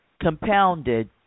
compounded